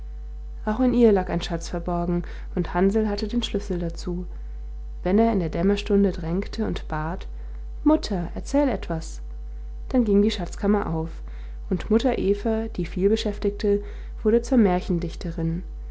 auch in ihr lag ein schatz verborgen und hansl hatte den schlüssel dazu wenn er in der dämmerstunde drängte und bat mutter erzähl etwas dann ging die schatzkammer auf und mutter eva die vielbeschäftigte wurde zur märchendichterin